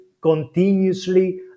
continuously